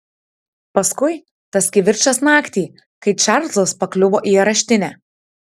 paskui tas kivirčas naktį kai čarlzas pakliuvo į areštinę